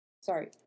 Sorry